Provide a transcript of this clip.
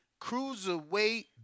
Cruiserweight